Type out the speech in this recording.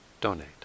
donate